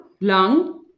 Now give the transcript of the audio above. lung